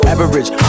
Average